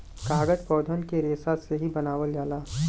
कागज पौधन के रेसा से ही बनावल जाला